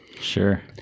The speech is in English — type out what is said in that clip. Sure